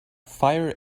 fire